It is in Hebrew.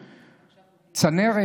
צנרת.